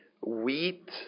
wheat